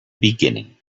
beginning